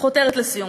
חותרת לסיום.